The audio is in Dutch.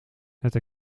het